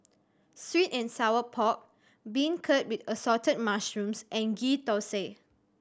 sweet and sour pork beancurd with Assorted Mushrooms and Ghee Thosai